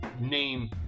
name